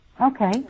Okay